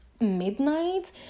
midnight